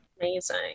Amazing